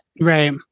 Right